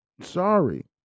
Sorry